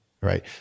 right